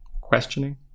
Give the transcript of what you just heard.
questioning